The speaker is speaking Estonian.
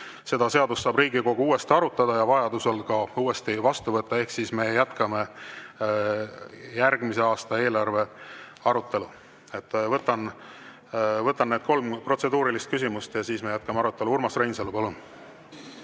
Seda seadust saab Riigikogus uuesti arutada ja vajaduse korral ka uuesti vastu võtta. Ehk siis me jätkame järgmise aasta eelarve arutelu. Võtan need kolm protseduurilist küsimust ja siis me jätkame arutelu. Urmas Reinsalu, palun!